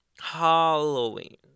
Halloween